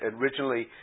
originally